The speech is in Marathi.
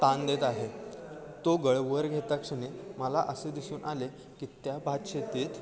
ताण देत आहे तो गळ वर घेता क्षणी मला असे दिसून आले की त्या भातशेतीत